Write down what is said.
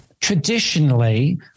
Traditionally